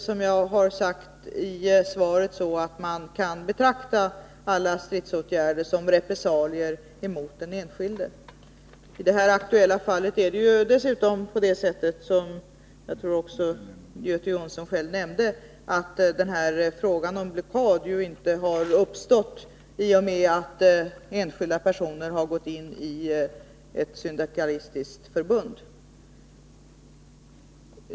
Som jag sagt i svaret, kan man inte betrakta alla stridsåtgärder som repressalier mot den enskilde. I det här aktuella fallet har frågan om blockad, vilket jag tror att Göte Jonsson själv nämnde, inte uppstått i och med att enskilda personer har gått in i ett syndikalistiskt förbund.